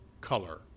color